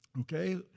Okay